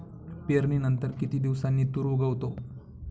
पेरणीनंतर किती दिवसांनी तूर उगवतो?